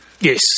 Yes